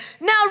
Now